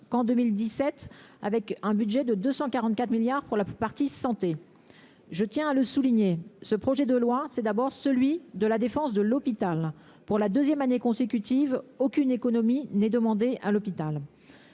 qu'en 2017, avec un budget de 244 milliards pour la partie santé ! Je tiens à le souligner, ce projet de loi, c'est d'abord celui de la défense de l'hôpital : pour la deuxième année consécutive, aucune économie ne lui est demandée.